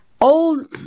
Old